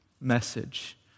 message